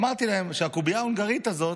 אמרתי להם שהקובייה ההונגרית הזאת,